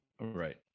Right